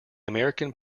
american